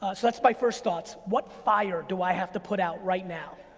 ah so that's my first thoughts. what fire do i have to put out right now?